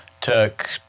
Took